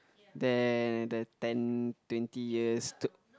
then the ten twenty years to